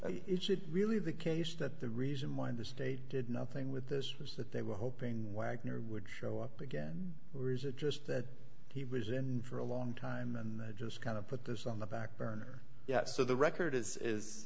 it should really the case that the reason why the state did nothing with this was that they were hoping wagner would show up again or is it just that he was in for a long time and just kind of put this on the back burner so the record is is